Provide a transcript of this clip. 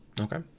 Okay